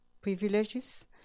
privileges